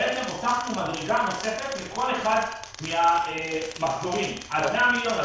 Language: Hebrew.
הוכחנו מדרגה נוספת לכל אחד מהמחזורים עד 100 מיליון,